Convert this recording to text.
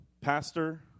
Pastor